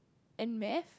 and maths